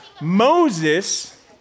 Moses